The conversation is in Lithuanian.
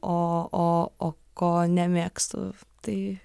o o o ko nemėgstu tai